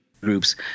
groups